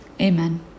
Amen